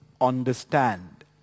understand